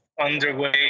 underway